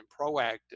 proactive